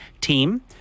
team